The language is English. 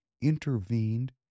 intervened